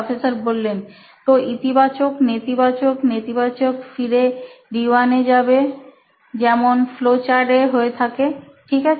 professor তো ইতিবাচক নেতিবাচক নেতিবাচক ফিরে D1এ যাবে যেমনটা ফ্লো চার্ট এ হয়ে থাকে ঠিক আছে